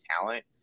talent